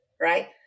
Right